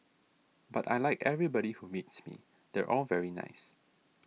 but I like everybody who meets me they're all very nice